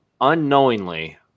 unknowingly